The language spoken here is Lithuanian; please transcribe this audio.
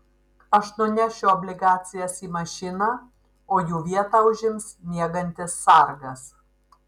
aš nunešiu obligacijas į mašiną o jų vietą užims miegantis sargas